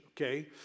Okay